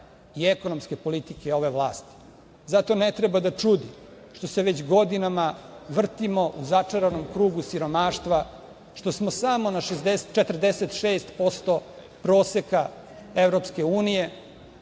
i ekonomske politike ove vlasti. Zato ne treba da čudi što se već godinama vrtimo u začaranom krugu siromaštva, što smo samo na 46% proseka EU,